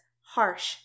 harsh